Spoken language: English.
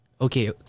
okay